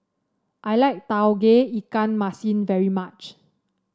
I like Tauge Ikan Masin very much